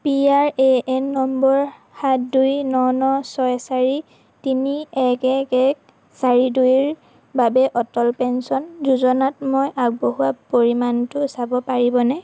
P R A N নম্বৰ সাত দুই ন ন ছয় চাৰি তিনি এক এক এক চাৰি দুইৰ বাবে অটল পেঞ্চন যোজনাত মই আগবঢ়োৱা পৰিমাণটো চাব পাৰিবনে